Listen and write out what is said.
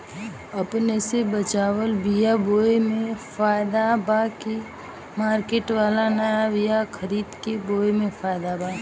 अपने से बचवाल बीया बोये मे फायदा बा की मार्केट वाला नया बीया खरीद के बोये मे फायदा बा?